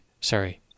Sorry